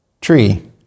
tree